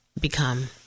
become